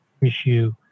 issue